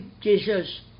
Jesus